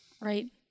Right